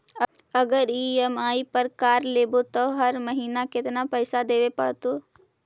अगर ई.एम.आई पर कार लेबै त हर महिना केतना पैसा देबे पड़तै?